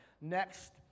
next